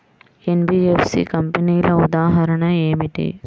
NBFC కంపెనీల ఉదాహరణ ఏమిటి?